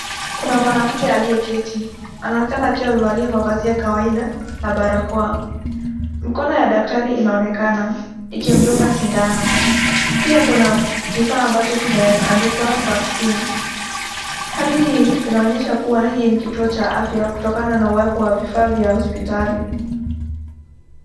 Kuna mwanamke aliyeketi, anaonekana akiwa amevalia mavazi ya kawaida na barakoa. Mikono ya daktari inaonekana ikimdunga sindano, pia kuna kifaa ambacho kimeandikwa vaccine hali hii inaonyesha kuwa hii ni kituo cha afya kutokana na uwepo wa hospitali.